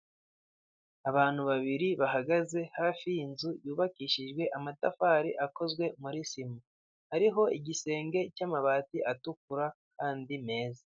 Abantu babiri bahagaze hafi y'inzu yubakishijwe amatafari akozwe muri sima hariho igisenge cy'amabati atukura kandi meza.